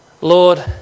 Lord